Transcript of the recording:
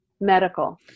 medical